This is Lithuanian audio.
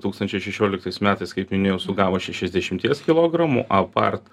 tūkstančiai šešioliktais metais kaip minėjau sugavo šešiasdešimties kilogramų apart